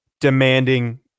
demanding